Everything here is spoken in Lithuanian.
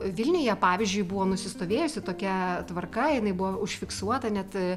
vilniuje pavyzdžiui buvo nusistovėjusi tokia tvarka jinai buvo užfiksuota net